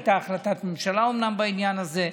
הייתה אומנם החלטת ממשלה בעניין הזה,